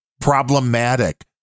problematic